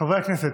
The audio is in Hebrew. חברי הכנסת,